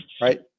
right